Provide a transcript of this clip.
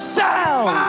sound